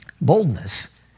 boldness